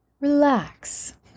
relax